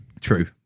True